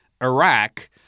Iraq